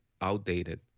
outdated